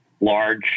large